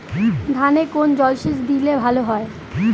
ধানে কোন জলসেচ দিলে ভাল হয়?